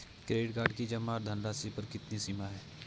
Credit card की जमा धनराशि पर कितनी सीमा है?